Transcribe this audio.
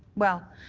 well,